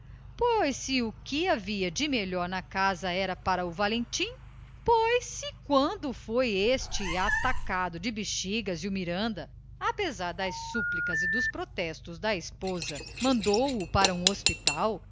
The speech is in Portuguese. pois se o que havia de melhor na casa era para o valentim pois se quando foi este atacado de bexigas e o miranda apesar das súplicas e dos protestos da esposa mandou-o para um hospital